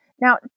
Now